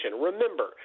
remember